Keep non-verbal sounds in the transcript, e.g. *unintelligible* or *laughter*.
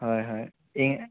হয় হয় *unintelligible*